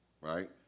right